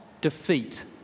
defeat